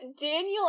Daniel